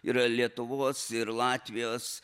yra lietuvos ir latvijos